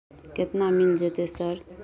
केतना मिल जेतै सर?